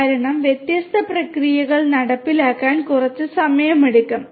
കാരണം വ്യത്യസ്ത പ്രക്രിയകൾ നടപ്പിലാക്കാൻ കുറച്ച് സമയമെടുക്കും